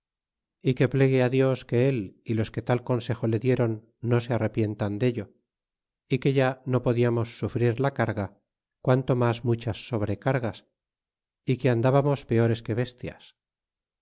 y que plegue dios que él y los que tal consejo le diéron no se arrepientan dello y que ya no podiamos sufrir la carga quanto mas muchas sobrecargas y que andbamos peores que bestias